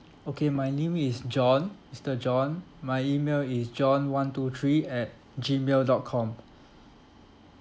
okay my name is john mister john my email is john one two three at gmail dot com